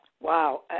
Wow